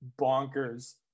bonkers